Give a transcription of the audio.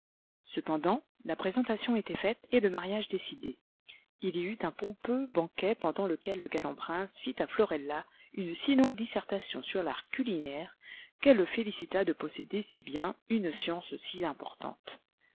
cependant la présentation était faite et le mariage décidé il y eut un pompeux banquet pendant lequel le galant prince fit à florella une si longue dissertation sur l'art culinaire qu'elle le félicita de posséder si bien une science si importante